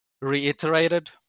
reiterated